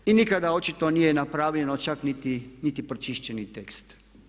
I nikada očito nije napravljeno čak niti pročišćeni tekst.